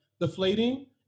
deflating